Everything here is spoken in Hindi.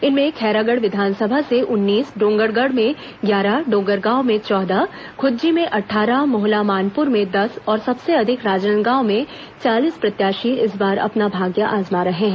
इनमें खैरागढ़ विधानसभा से उन्नीस डोंगरगढ़ में ग्यारह डोंगरगांव में चौदह खुज्जी में अट्ठारह मोहला मानपुर में अधिक राजनांदगांव में चालीस प्रत्याशी इस बार अपना भाग्य आजमा रहे हैं